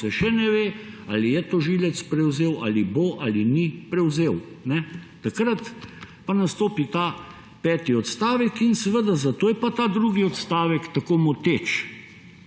ko se še ne ve, ali je tožilec prevzel ali bo ali ni prevzel. Takrat pa nastopi ta peti odstavek in zato je ta drugi stavek osmega